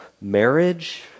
marriage